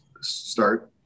start